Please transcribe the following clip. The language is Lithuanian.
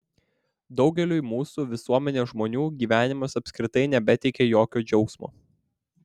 daugeliui mūsų visuomenės žmonių gyvenimas apskritai nebeteikia jokio džiaugsmo